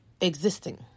existing